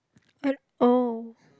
I oh